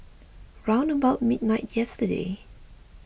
round about midnight yesterday